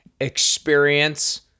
Experience